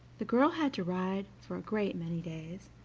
the girl had to ride for a great many days,